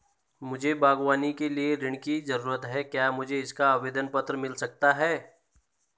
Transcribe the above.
मुझे बागवानी के लिए ऋण की ज़रूरत है क्या मुझे इसका आवेदन पत्र मिल सकता है?